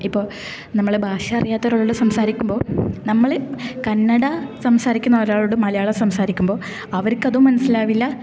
ഇപ്പോൾ നമ്മള് ഭാഷ അറിയാത്തവരോട് സംസാരിക്കുമ്പോൾ നമ്മള് കന്നഡ സംസാരിക്കുന്ന ഒരാളോട് മലയാളം സംസാരിക്കുമ്പോൾ അവർക്കത് മനസ്സിലാവില്ല